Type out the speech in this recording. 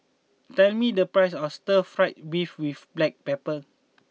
tell me the price of Stir Fried Beef with Black Pepper